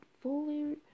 fully